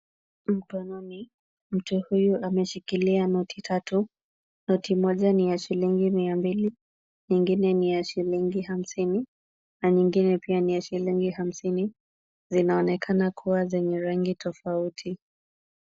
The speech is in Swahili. Mkononi, mtu huyu ameshikilia noti tatu. Noti moja ni ya shilingi mia mbili, nyingine ni ya shilingi hamsini, na nyingine pia ni ya shilingi hamsini. Zinaonekana kuwa zenye rangi tofauti.